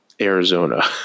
Arizona